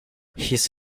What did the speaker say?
his